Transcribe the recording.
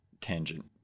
tangent